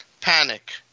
Panic